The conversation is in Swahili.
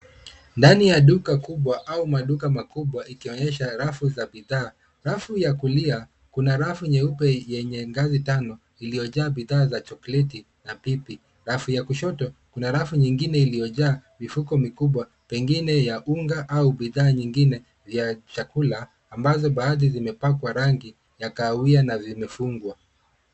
Ndani ya duka kubwa au maduka makubwa ikionyesha rafu ya bidhaa. Rafu ya kulia kuna rafu nyeupe yenye ngazi tano iliyojaa bidhaa za chokoleti na bibi. Rafu ya kushoto kuna rafu nyingine iliyojaa mifuko mikubwa pengine ya unga au bidhaa nyingine ya chakula ambazo baadhi zimebakwa rangi ya kahawia na vimefungwa.